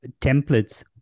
templates